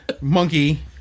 monkey